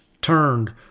turned